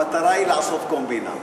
המטרה היא לעשות קומבינה.